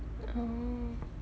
oh